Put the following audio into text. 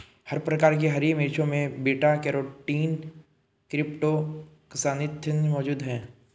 हर प्रकार की हरी मिर्चों में बीटा कैरोटीन क्रीप्टोक्सान्थिन मौजूद हैं